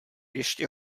ještě